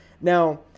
Now